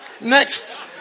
Next